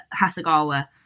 Hasagawa